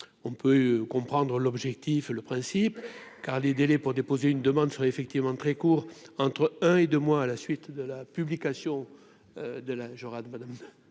on peut comprendre l'objectif le principe car les délais pour déposer une demande serait effectivement très court, entre un et 2 mois à la suite de la publication de la madame